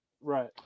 Right